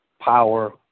Power